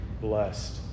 Blessed